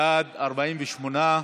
בעד, 48,